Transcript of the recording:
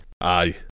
Aye